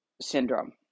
syndrome